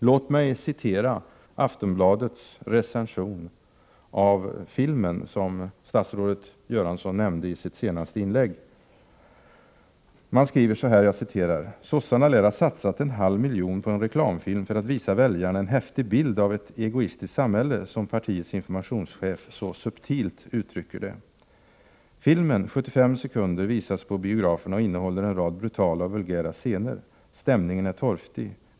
Låt mig citera Aftonbladets recension av den film som statsrådet Göransson nämnde i sitt senaste inlägg. ”Sossarna lär ha satsat en halv miljon på en reklamfilm för att visa väljarna ”en häftig bild av ett egoistiskt samhälle”, som partiets informationschef så subtilt uttrycker det. Filmen, 75 sekunder, visas på biograferna och innehåller en rad brutala och vulgära scener. Stämningen är torftig.